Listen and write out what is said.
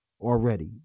already